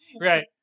Right